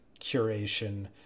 curation